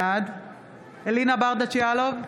בעד אלינה ברדץ' יאלוב,